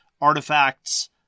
artifacts